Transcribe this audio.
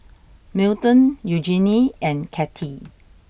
Milton Eugenie and Kattie